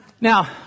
now